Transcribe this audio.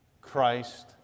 Christ